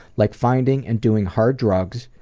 like finding and doing hard drugs,